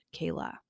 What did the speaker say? Kayla